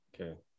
Okay